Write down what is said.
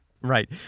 Right